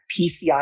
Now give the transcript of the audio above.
PCI